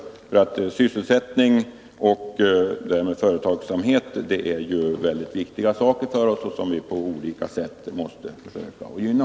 Fungerande företag som ger sysselsättning är väldigt viktiga, och vi bör därför på olika sätt försöka gynna sådana.